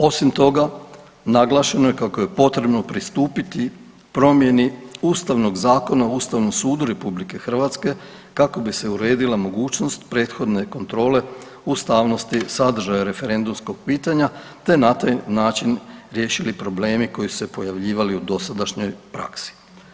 Osim toga, naglašeno je kako je potrebno pristupiti promjeni Ustavnog zakona Ustavnom sudu RH kako bi se uredila mogućnost prethodne kontrole ustavnosti sadržaja referendumskog pitanja te na taj način riješili problemi koji su se pojavljivali u dosadašnjoj praksi.